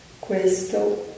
questo